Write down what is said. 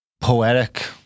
poetic